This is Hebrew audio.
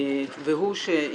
אני אומר כמה מילים.